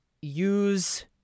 Use